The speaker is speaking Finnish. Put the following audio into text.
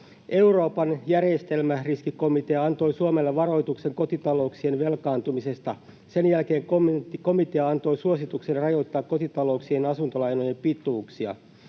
Euroopan järjestelmäriskikomitea antoi Suomelle varoituksen kotitalouksien velkaantumisesta. Sen jälkeen komitea antoi suosituksen rajoittaa kotitalouksien asuntolainojen pituuksia.